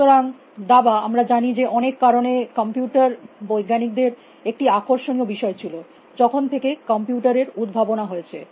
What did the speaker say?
সুতরাং দাবা আমরা জানি যে অনেক কারণে কম্পিউটার বৈজ্ঞানিকদের একটি আকর্ষণীয় বিষয় ছিল যখন থেকে কম্পিউটার এর উদ্ভাবনা হয়েছে